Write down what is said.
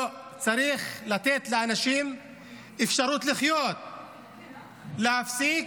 לא, צריך לתת לאנשים אפשרות לחיות, להפסיק,